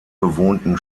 bewohnten